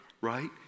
right